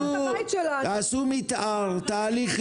תעשו מתאר תהליכי